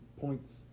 points